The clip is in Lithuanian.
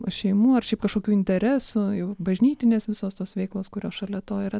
šeimų ar šiaip kažkokių interesų jau bažnytinės visos tos veiklos kurios šalia to yra